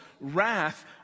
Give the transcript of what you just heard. wrath